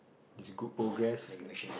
there's good progress